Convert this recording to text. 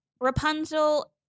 Rapunzel